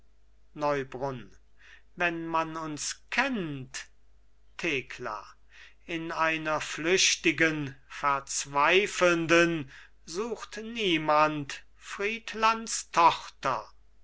neubrunn wenn man uns kennt thekla in einer flüchtigen verzweifelnden sucht niemand friedlands tochter